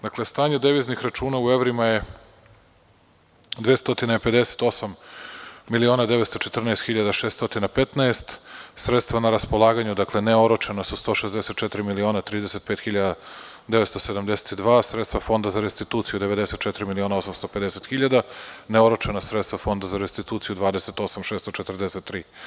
Dakle, stanje deviznih računa u evrima je: 258.914.615, sredstva na raspolaganju, dakle, neoročena su 164.035.972, sredstva Fonda za restituciju 94.850.000, neoročena sredstva Fonda za restituciju 28.643.